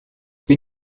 bin